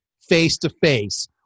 face-to-face